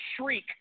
shriek